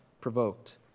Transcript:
provoked